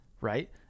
right